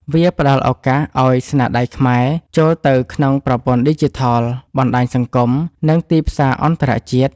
វាផ្ដល់ឱកាសឲ្យស្នាដៃខ្មែរ ចូលទៅក្នុងប្រព័ន្ធឌីជីថល បណ្ដាញសង្គម និងទីផ្សារអន្តរជាតិ